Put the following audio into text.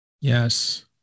Yes